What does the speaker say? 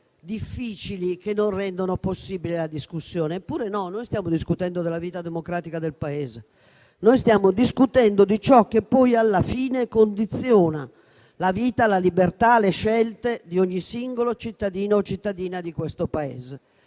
difficili da non rendere possibile la discussione. E invece no. Noi stiamo discutendo della vita democratica del Paese e di ciò che poi, alla fine, condiziona la vita, la libertà e le scelte di ogni singolo cittadino o cittadina di questo Paese.